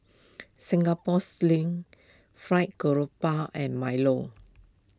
Singapore Sling Fried Grouper and Milo